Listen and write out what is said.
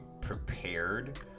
prepared